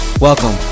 Welcome